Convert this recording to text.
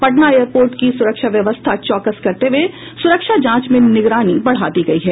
Patna airport की सुरक्षा व्यवस्था चौकस करते हुये सुरक्षा जांच में निगरानी बढ़ा दी गयी है